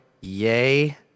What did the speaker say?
yay